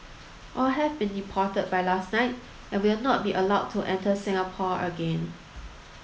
all have been deported by last night and will not be allowed to enter Singapore again